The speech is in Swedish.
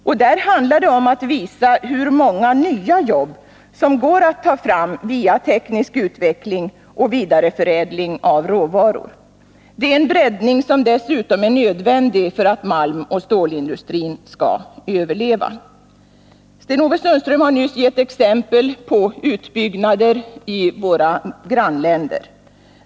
Och därvid handlar det om att visa hur många nya jobb som går att ta fram via teknisk utveckling och vidareförädling av råvaror. Det är en breddning som dessutom är nödvändig för att malmoch stålindustrin skall överleva. Sten-Ove Sundström har nyss gett exempel på utbyggnader i våra grannländer.